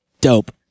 Dope